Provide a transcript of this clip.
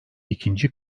ikinci